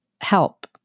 help